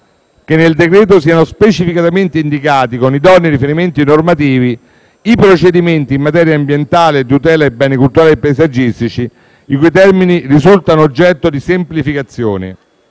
che nel decreto siano specificamente indicati, con idonei riferimenti normativi, i procedimenti in materia ambientale e di tutela dei beni culturali e paesaggistici i cui termini risultano oggetto di semplificazione,